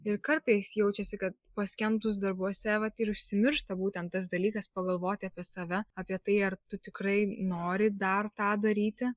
ir kartais jaučiasi kad paskendus darbuose vat ir užsimiršta būtent tas dalykas pagalvoti apie save apie tai ar tu tikrai nori dar tą daryti